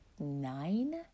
nine